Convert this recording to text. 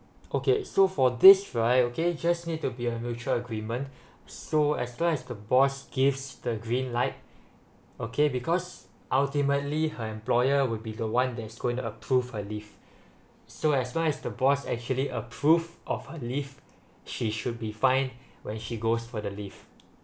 okay so for this right okay just need to be a mutual agreement so as well as the boss gives the green light okay because ultimately her employer would be the one that's going to approve her leave so as long as the boss actually approve of her leave she should be fine when she goes for the leave